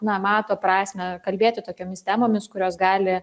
na mato prasmę kalbėti tokiomis temomis kurios gali